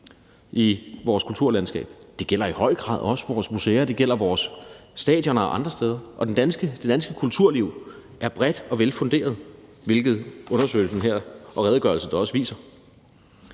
i vores kulturlandskab. Det gælder i høj grad også vores museer, og det gælder vores stadioner og andre steder, og det danske kulturliv er bredt og velfunderet, hvilket undersøgelsen her og redegørelsen da også viser.